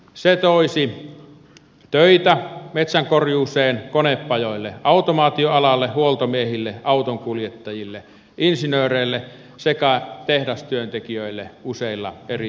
se toisi töitä metsänkorjuuseen konepajoille automaatioalalle huoltomiehille autonkuljettajille insinööreille sekä tehdastyöntekijöille useilla eri toimialoilla